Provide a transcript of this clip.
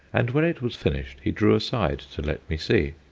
and when it was finished he drew aside to let me see,